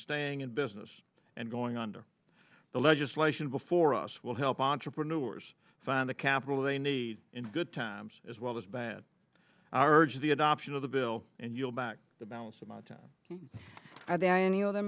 staying in business and going under the legislation before us will help entrepreneurs find the capital they need in good times as well as bad arge the adoption of the bill and you'll back the balance of my time are there any other